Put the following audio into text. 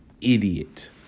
idiot